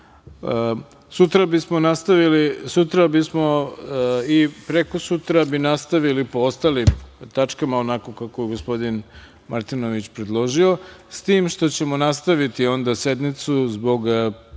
oko 18.00 sati. Sutra i prekosutra bismo nastavili po ostalim tačkama onako kako gospodin Martinović predložio, s tim što ćemo nastaviti onda sednicu zbog